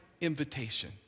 invitation